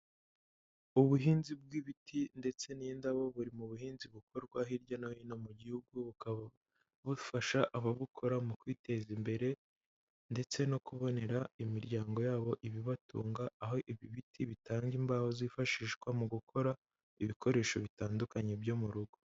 Ubuhinzi bw'ibiti ndetse n'indabo, buri mu buhinzi bukorwa hirya no hino mu gihugu, bukaba bufasha ababukora mu kwiteza imbere, ndetse no kubonera imiryango yabo ibibatunga, aho ibi biti bitanga imbaho zifashishwa mu gukora ibikoresho bitandukanye byo mu rugo.